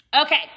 Okay